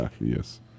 Yes